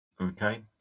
Okay